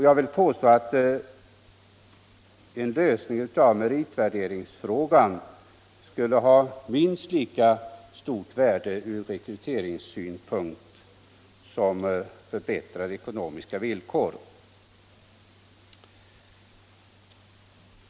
Jag vill påstå att en lösning av meritvärderingsfrågan skulle ha minst lika stort värde ur rekryteringssynpunkt som förbättrade ekonomiska villkor.